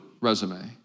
resume